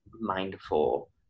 mindful